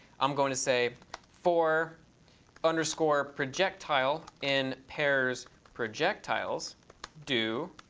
i'm going to say for and so for projectile in pairs projectiles do